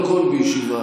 שופטים הכי טובים בעולם.